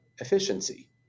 efficiency